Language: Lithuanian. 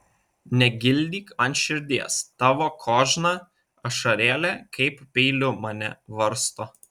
negildyk man širdies tavo kožna ašarėlė kaip peiliu mane varsto